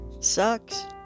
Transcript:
Sucks